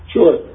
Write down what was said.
Sure